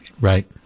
Right